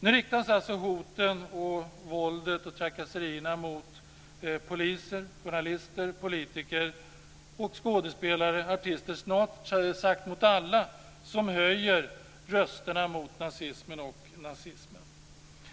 Nu riktas hoten, våldet och trakasserierna mot poliser, journalister, politiker, skådespelare och artister - snart sagt alla som höjer rösterna mot nazismen och rasismen.